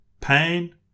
Pain